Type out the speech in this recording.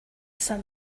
sun